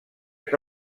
que